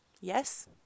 Yes